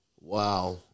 Wow